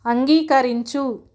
అంగీకరించు